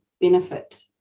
benefit